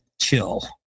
chill